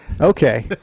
Okay